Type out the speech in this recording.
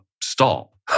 stop